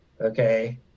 okay